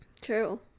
True